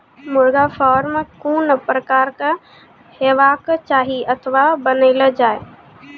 मुर्गा फार्म कून प्रकारक हेवाक चाही अथवा बनेल जाये?